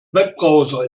webbrowser